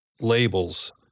labels